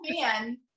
man